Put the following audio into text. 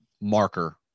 marker